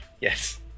Yes